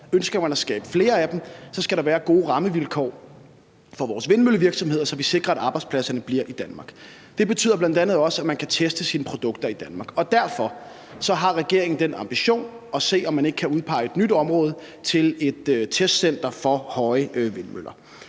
ønsker man at skabe flere af dem, så skal der være gode rammevilkår for vores vindmøllevirksomheder, så vi sikrer, at arbejdspladserne bliver i Danmark. Det betyder bl.a. også, at man kan teste sine produkter i Danmark. Derfor har regeringen den ambition at se, om man kan udpege et nyt område til et testcenter for høje vindmøller.